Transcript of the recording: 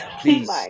Please